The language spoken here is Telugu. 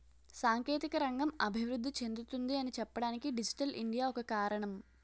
సాంకేతిక రంగం అభివృద్ధి చెందుతుంది అని చెప్పడానికి డిజిటల్ ఇండియా ఒక కారణం